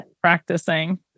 practicing